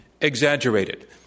Exaggerated